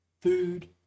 food